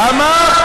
למה?